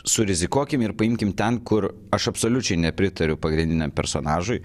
surizikuokim ir paimkim ten kur aš absoliučiai nepritariu pagrindiniam personažui